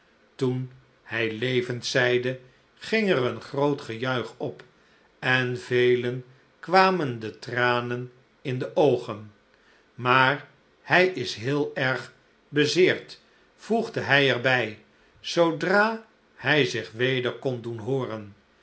toen hy levendl zeide ging er een groot gejuich op en velen kwamen de tranen in de oogen maar hij is heel erg bezeerd voegde hij er bij zoodra hij zich weder kon doe'n hooren